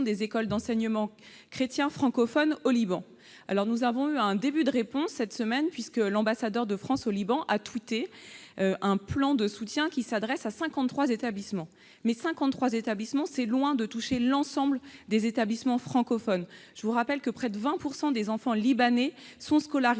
des écoles d'enseignement chrétien francophone au Liban. Nous avons eu un début de réponse cette semaine, puisque l'ambassadeur de France au Liban a annoncé surTwitter un plan de soutien qui s'adresse à 53 établissements. C'est toutefois loin de toucher l'ensemble des établissements francophones. Je vous rappelle que près de 20 % des enfants libanais sont scolarisés